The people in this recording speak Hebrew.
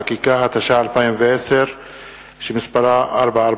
(מס' 4),